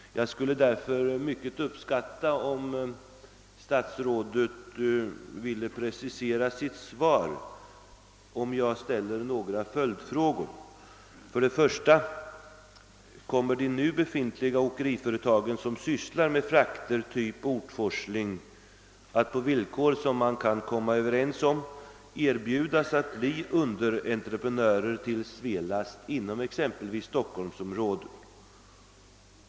Jag skulle därför mycket uppskatta om statsrådet ville precisera sitt svar, när jag nu ställer några följdfrågor. För det första: Kommer befintliga åkeriföretag, som sysslar med frakter av typ ortforsling, att på villkor som man kan komma överens om erbjudas att bli underentreprenörer till Svelast inom exempelvis Stockholmsområdet?